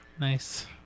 Nice